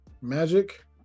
Magic